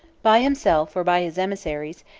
by himself, or by his emissaries,